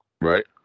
Right